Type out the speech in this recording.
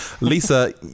Lisa